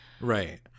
Right